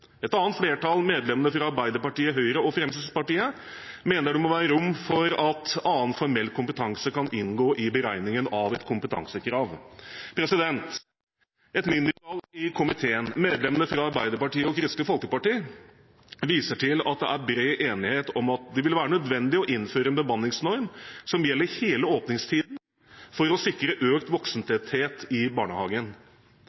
Et annet flertall, medlemmene fra Arbeiderpartiet, Høyre og Fremskrittspartiet, mener det må være rom for at annen formell kompetanse kan inngå i beregningen av et kompetansekrav. Et mindretall i komiteen, medlemmene fra Arbeiderpartiet og Kristelig Folkeparti, viser til at det er bred enighet om at det vil være nødvendig å innføre en bemanningsnorm som gjelder hele åpningstiden for å sikre økt voksentetthet i barnehagen.